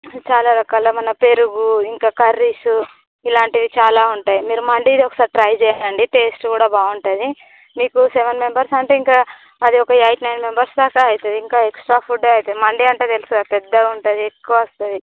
చాలా రకాలు మన పెరుగు ఇంకా కర్రీస్ ఇలాంటివి చాలా ఉంటాయి మీరు మండీది ఒక్కసారి ట్రై చేయండి టేస్ట్ కూడా బాగుంటుంది మీకు సెవెన్ మెంబెర్స్ అంటే అది ఇంకా అది ఒక ఎయిట్ నైన్ మెంబెర్స్ దాక అవుతుంది ఇంకా ఎక్ట్రా ఫుడ్ అవుతుంది మండీ అంటే తెలుసు కదా పెద్దగా ఉంటుంది ఎక్కువ వస్తుంది